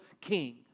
king